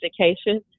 education